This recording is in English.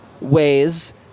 ways